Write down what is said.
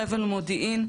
חבל מודיעין,